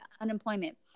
unemployment